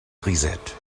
grisette